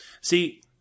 see